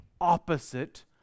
opposite